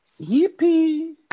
Yippee